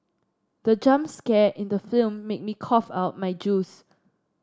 the jump scare in the film made me cough out my juice